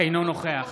אינו נוכח